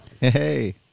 Hey